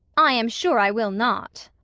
i am sure i will not.